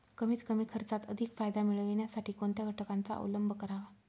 कमीत कमी खर्चात अधिक फायदा मिळविण्यासाठी कोणत्या घटकांचा अवलंब करावा?